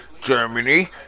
Germany